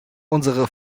unsere